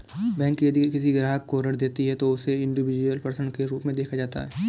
bank यदि किसी ग्राहक को ऋण देती है तो उसे इंडिविजुअल पर्सन के रूप में देखा जाता है